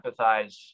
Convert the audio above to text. empathize